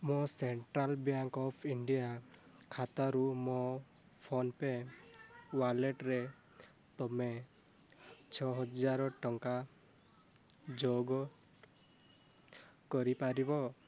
ମୋ Central Bank of India ଖାତାରୁ ମୋ ଫୋନ୍ ପେ ୱାଲେଟ୍ରେ ତୁମେ ଛଅ ହଜାର ଟଙ୍କା ଯୋଗ କରିପାରିବ